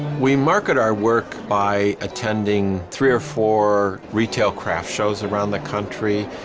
we market our work by attending three or four retail craft shows around the country.